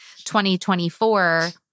2024